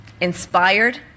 inspired